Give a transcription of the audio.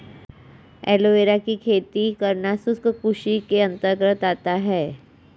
aloe vera की खेती करना शुष्क कृषि के अंतर्गत आता है